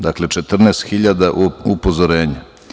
Dakle, 14 hiljada upozorenja.